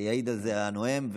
ויעיד על זה הנואם.